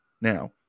Now